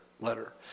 letter